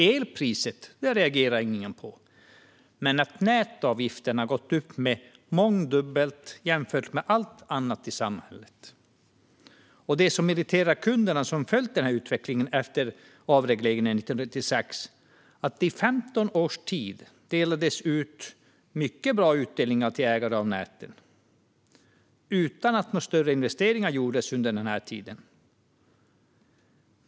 Elpriset reagerar ingen på, men man reagerar på att nätavgifterna har gått upp mångdubbelt jämfört med allt annat i samhället. Och det som irriterar de kunder som har följt utvecklingen efter avregleringen 1996 är att det under 15 års tid betalades ut mycket bra utdelningar till ägarna av näten utan att några större investeringar gjordes.